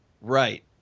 right